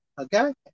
okay